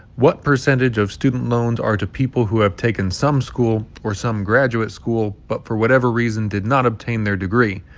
what percentage of student loans are to people who have taken some school or some graduate school but for whatever reason did not obtain their degree?